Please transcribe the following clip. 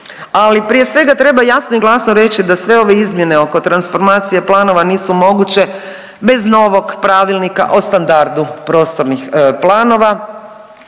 Ali prije svega treba jasno i glasno reći da sve ovo izmjene oko transformacije planova nisu moguće bez novog Pravilnika o standardu prostornih planova,